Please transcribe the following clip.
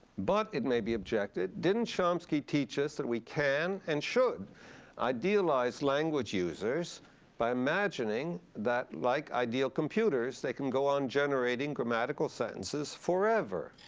but it may be objected. didn't chomsky teach us that we can and should idealize language users by imagining that, like ideal computers, they can go on generating grammatical sentences forever,